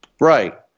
Right